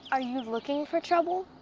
are you looking for trouble?